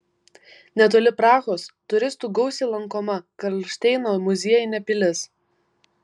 netoli prahos turistų gausiai lankoma karlšteino muziejinė pilis